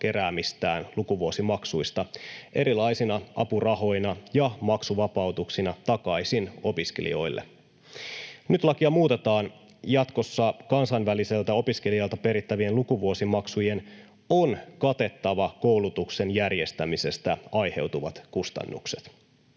keräämistään lukuvuosimaksuista erilaisina apurahoina ja maksuvapautuksina takaisin opiskelijoille. Nyt lakia muutetaan. Jatkossa kansainväliseltä opiskelijalta perittävien lukuvuosimaksujen on katettava koulutuksen järjestämisestä aiheutuvat kustannukset.